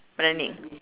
running